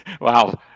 wow